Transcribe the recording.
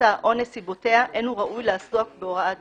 חומרתה או נסיבותיה אין הוא ראוי לעסוק בהוראת דרך.